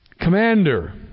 Commander